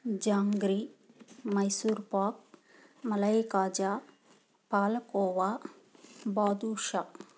jangri Mysore pak malai kaja palkova badusha